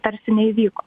tarsi neįvyko